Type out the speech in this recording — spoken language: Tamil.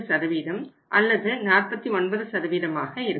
5 அல்லது 49 ஆக இருக்கும்